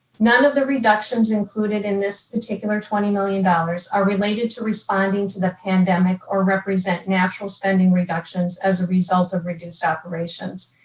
none of the reductions included in this particular twenty million dollars are related to responding to the pandemic or represent natural spending reductions as a result of reduced operations.